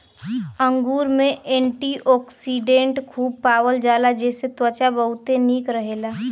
अंगूर में एंटीओक्सिडेंट खूब पावल जाला जेसे त्वचा बहुते निक रहेला